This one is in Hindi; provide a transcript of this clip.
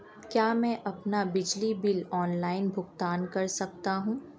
क्या मैं अपना बिजली बिल ऑनलाइन भुगतान कर सकता हूँ?